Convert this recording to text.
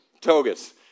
togas